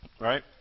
Right